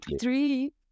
three